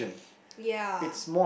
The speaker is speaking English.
ya